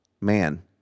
man